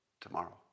tomorrow